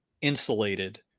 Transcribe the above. insulated